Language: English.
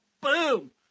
boom